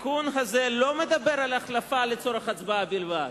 התיקון הזה לא מדבר על החלפה לצורך הצבעה בלבד,